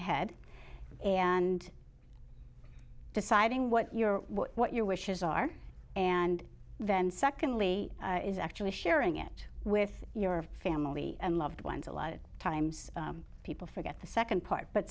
ahead and deciding what your what your wishes are and then secondly is actually sharing it with your family and loved ones a lot of times people forget the nd part but